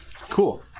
Cool